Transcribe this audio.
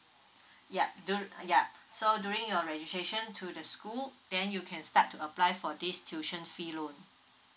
yup don't ya so during your registration to the school then you can start to apply for this tuition fee loan